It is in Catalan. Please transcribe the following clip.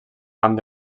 amb